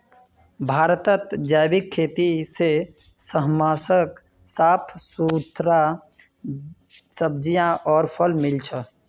भारतत जैविक खेती से हमसाक साफ सुथरा सब्जियां आर फल मिल छ